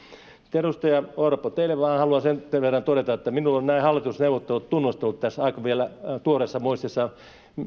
sitten edustaja orpo teille vain haluan sen verran todeta että minulla on nämä hallitusneuvottelutunnustelut vielä aika tuoreessa muistissa